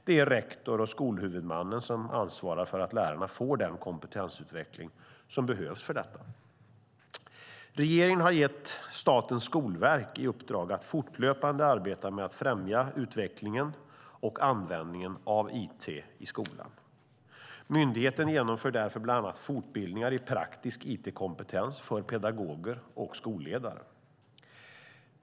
Det är rektor och skolhuvudmannen som ansvarar för att lärarna får den kompetensutveckling som behövs för detta. Regeringen har gett Statens skolverk i uppdrag att fortlöpande arbeta med att främja utvecklingen och användningen av it i skolan. Myndigheten genomför därför bland annat fortbildningar i praktisk it-kompetens för pedagoger och skolledare .